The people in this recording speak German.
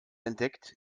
entdeckt